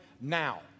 now